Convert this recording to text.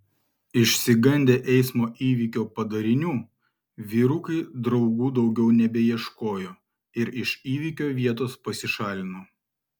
išsigandę eismo įvykio padarinių vyrukai draugų daugiau nebeieškojo ir iš įvykio vietos pasišalino